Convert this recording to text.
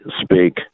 speak